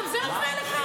גם זה מפריע לך?